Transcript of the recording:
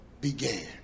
began